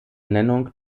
nennung